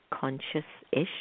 Conscious-ish